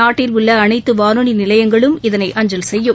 நாட்டில் உள்ள அனைத்து வானொலி நிலையங்களும் இதனை அஞ்சல் செய்யும்